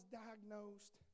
diagnosed